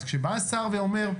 אז כשבא השר ואומר: